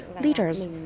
leaders